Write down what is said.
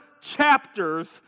chapters